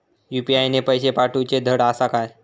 UPI ने पैशे पाठवूचे धड आसा काय?